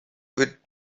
with